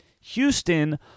Houston